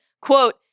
Quote